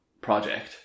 project